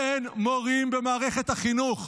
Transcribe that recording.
אין מורים במערכת החינוך.